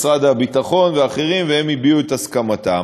משרד הביטחון ואחרים והם הביעו את הסכמתם.